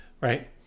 right